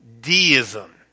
deism